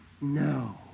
No